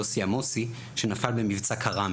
יוסי עמוסי שנפל במבצע כראמה,